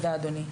תודה רבה.